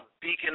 beacon